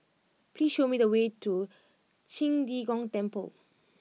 please show me the way to Qing De Gong Temple